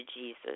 Jesus